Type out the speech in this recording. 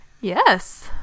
Yes